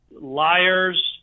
liars